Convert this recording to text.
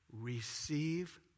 receive